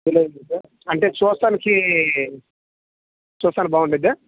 అంటే చూస్తానికి చూస్తానికి బాగుంటుందా